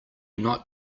not